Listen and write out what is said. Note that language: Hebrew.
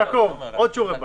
יעקב, עוד שיעורי בית.